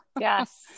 yes